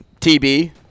TB